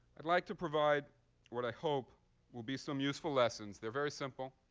i'd like to provide what i hope will be some useful lessons. they're very simple.